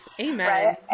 Amen